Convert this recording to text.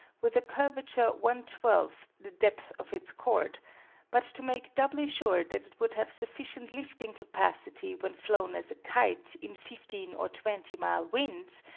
with a curvature one twelve the depth of its cord but to make doubly sure that it would have sufficient lifting capacity when flown as a kite in fifteen or twenty mile winds,